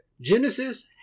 Genesis